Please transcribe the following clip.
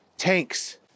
tanks